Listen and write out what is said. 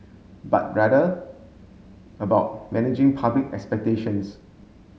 but rather about managing public expectations